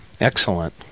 Excellent